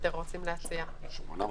רוצים להציע 800 מטרים.